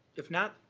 if not,